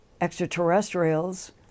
extraterrestrials